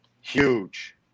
huge